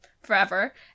forever